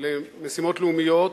למשימות לאומיות,